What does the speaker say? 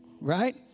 Right